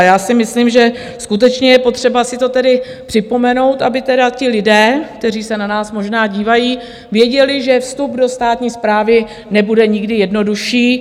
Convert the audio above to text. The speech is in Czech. Já si myslím, že skutečně je potřeba si to tedy připomenout, aby teda ti lidé, kteří se na nás možná dívají, věděli, že vstup do státní správy nebude nikdy jednodušší.